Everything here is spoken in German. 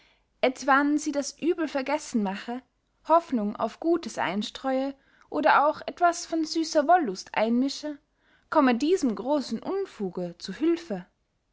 etwann sie das uebel vergessen mache hoffnung auf gutes einstreue oder auch etwas von süsser wollust einmische komme diesem grossen unfuge zu hülfe